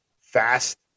fast